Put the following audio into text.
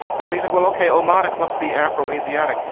and so you think, well, ok, automatic must be aphro asiatic.